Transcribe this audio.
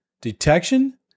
detection